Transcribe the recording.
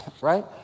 Right